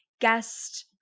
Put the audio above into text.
guest